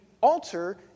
alter